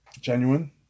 Genuine